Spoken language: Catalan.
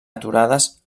aturades